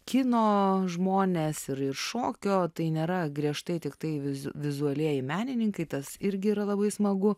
kino žmonės ir ir šokio tai nėra griežtai tiktai viz vizualieji menininkai tas irgi yra labai smagu